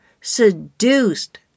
seduced